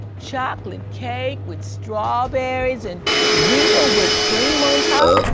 chocolate cake with strawberries and real whipped cream on top.